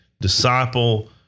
disciple